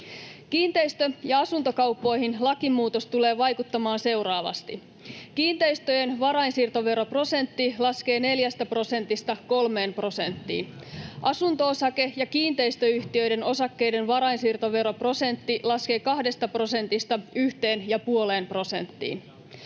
Kiinteistö- ja asuntokauppoihin lakimuutos tulee vaikuttamaan seuraavasti: Kiinteistöjen varainsiirtoveroprosentti laskee 4 prosentista 3 prosenttiin. Asunto-osake- ja kiinteistöyhtiöiden osakkeiden varainsiirtoveroprosentti laskee 2 prosentista 1,5 prosenttiin.